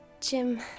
Jim